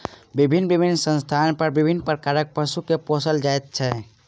भिन्न भिन्न स्थान पर विभिन्न प्रकारक पशु के पोसल जाइत छै